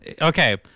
Okay